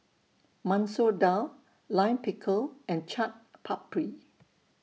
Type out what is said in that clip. Masoor Dal Lime Pickle and Chaat Papri